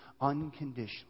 unconditionally